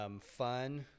fun